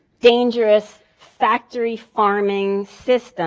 dangerous factory farming system